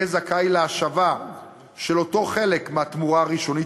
יהיה זכאי להשבה של אותו חלק מהתמורה הראשונית